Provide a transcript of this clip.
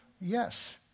Yes